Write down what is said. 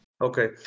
Okay